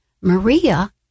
Maria